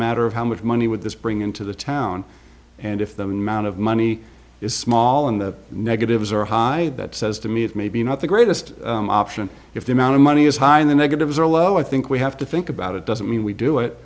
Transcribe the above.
matter of how much money would this bring into the town and if the amount of money is small and the negatives are high that says to me it's maybe not the greatest option if the amount of money is high and the negatives are low i think we have to fear about it doesn't mean we do